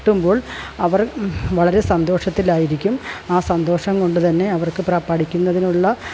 കിട്ടുമ്പോൾ അവർ വളരെ സന്തോഷത്തിലായിരിക്കും ആ സന്തോഷംകൊണ്ടുതന്നെ അവർക്ക് പ്ര പഠിക്കുന്നതിനുള്ള